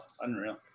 unreal